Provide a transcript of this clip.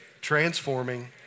transforming